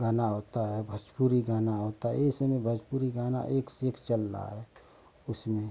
गाना होता है भोजपुरी गाना होता है इस समय भोजपुरी गाना एक से एक चल रहा है उसमें